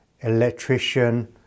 electrician